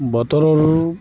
বতৰৰ